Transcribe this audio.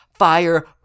Fire